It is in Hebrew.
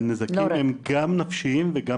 הנזקים הם גם נפשיים וגם